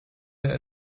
their